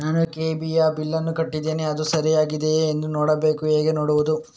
ನಾನು ಕೆ.ಇ.ಬಿ ಯ ಬಿಲ್ಲನ್ನು ಕಟ್ಟಿದ್ದೇನೆ, ಅದು ಸರಿಯಾಗಿದೆಯಾ ಎಂದು ನೋಡಬೇಕು ಹೇಗೆ ನೋಡುವುದು?